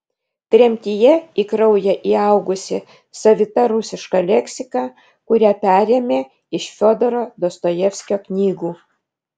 tremtyje į kraują įaugusi savita rusiška leksika kurią perėmė iš fiodoro dostojevskio knygų